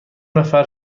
نفر